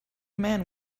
man